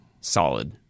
solid